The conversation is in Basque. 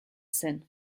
zen